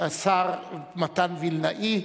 השר מתן וילנאי,